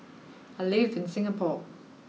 I live in Singapore